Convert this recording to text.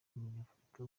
w’umunyafurika